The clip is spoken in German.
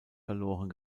verloren